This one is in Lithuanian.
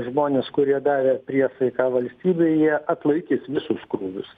žmonės kurie davė priesaiką valstybei jie atlaikys visus krūvius